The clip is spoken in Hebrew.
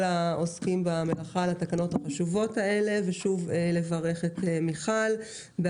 העוסקים במלאכה ולברך שוב את מיכל כהן,